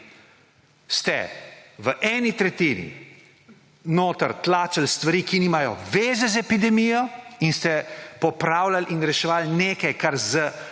ste v eni tretjini notri tlačili stvari, ki nimajo zveze z epidemijo in ste popravljali in reševali nekaj, kar z